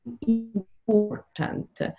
important